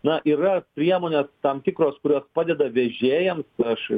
na yra priemonės tam tikros kurios padeda vežėjams aš